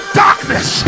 darkness